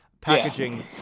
Packaging